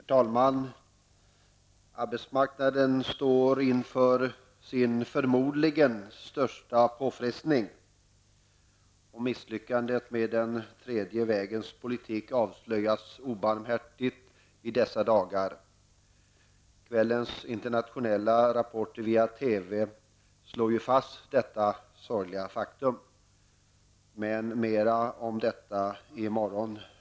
Herr talman! När det gäller arbetsmarknaden står vi förmodligen inför den största påfrestningen någonsin. Misslyckandet med den tredje vägens politik avslöjas obarmhärtigt i dessa dagar. Enligt kvällens internationella rapporter i TV är detta ett sorgligt faktum. Och mera kommer att sägas om detta i morgon.